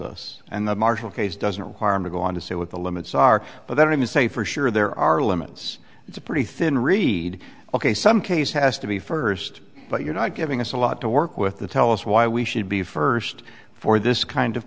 us and the marshal case doesn't require him to go on to say what the limits are but then to say for sure there are limits it's a pretty thin reed ok some case has to be first but you're not giving us a lot to work with the tell us why we should be first for this kind of